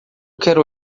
quero